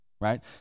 right